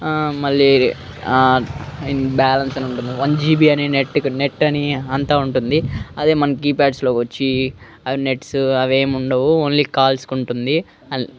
మళ్ళీ బ్యాలెన్స్ అని ఉంటుంది వన్ జీబీ అని నెట్కు నెట్ అని అంతా ఉంటుంది అదే మన కీప్యాడ్స్లో వచ్చి అవి నెట్స్ అవేమీ ఉండవు ఓన్లీ కాల్స్కి ఉంటుంది